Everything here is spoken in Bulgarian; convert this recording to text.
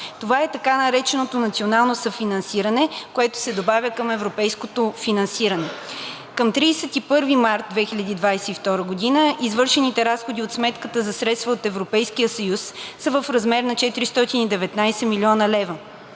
Това е така нареченото национално съфинансиране, което се добавя към европейското финансиране. Към 31 март 2022 г. извършените разходи от сметката за средства от Европейския съюз са в размер на 419 млн. лв.,